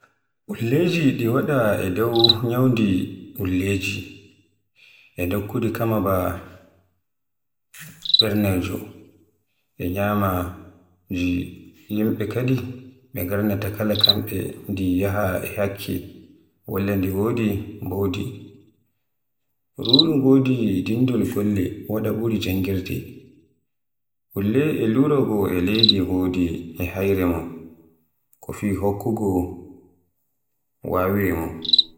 Ulleyel di waɗa e dow nyawdi mbaradi e ndikkudi kama ba ulle e nyamaaji, yimɓe kadi ɓe gardaata kala kamɓe nde yeehi e hakke walla nde wooɗan mbuddi. Ruuri ngoodi e dinndol folle wala ɓuri janngirde, kutiiru e larugo ngoodi e hayre mum, ko fii hokkugo waawiire mun.